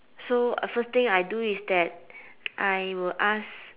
so first thing I do is that I will ask